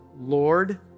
Lord